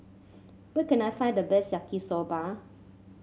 where can I find the best Yaki Soba